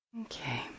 Okay